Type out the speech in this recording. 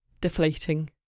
deflating